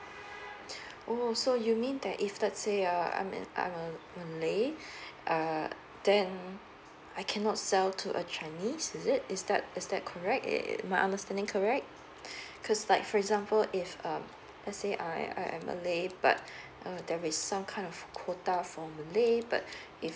oh so you mean that if let's say uh I'm a um malay uh then I cannot sell to a chinese is it is that is that correct is my understanding correct because like for example if um let's say I I am malay but there is some kind of quota for malay but if